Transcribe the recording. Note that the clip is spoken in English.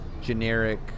generic